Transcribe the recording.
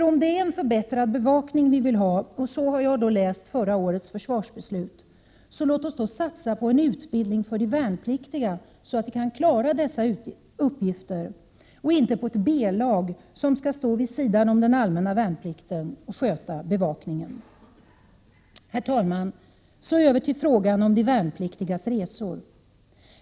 Om det är en förbättrad bevakning vi vill ha — och så har jag läst förra årets försvarbeslut — låt oss då satsa på en utbildning för de värnpliktiga så att de kan klara dessa uppgifter, inte på ett B-lag som skall stå vid sidan om den allmänna värnplikten och sköta bevakningen. Herr talman! Så över till frågan om de värnpliktigas resor.